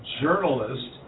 journalist